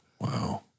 Wow